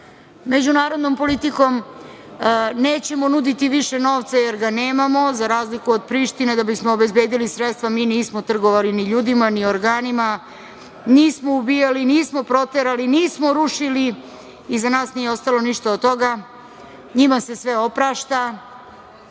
Međunarodnom politikom nećemo nuditi više novca jer ga nemamo za razliku od Prištine da bismo obezbedili sredstva mi nismo trgovali ni ljudima, ni organima, nismo ubijali, nismo proterali, nismo rušili, iza nas nije ostalo ništa od toga. Njima se sve oprašta. Sa